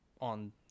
On